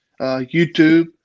YouTube